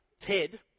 Ted